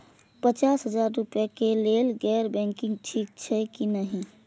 पचास हजार रुपए के लेल गैर बैंकिंग ठिक छै कि नहिं?